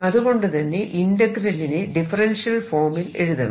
അതുകൊണ്ടുതന്നെ ഇന്റഗ്രലിനെ ഡിഫറെൻഷ്യൽ ഫോമിൽ എഴുതണം